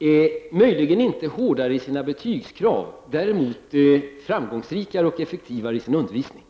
Herr talman! Möjligen inte hårdare i sina betygskrav, men däremot framgångsrikare och effektivare i sin undervisning.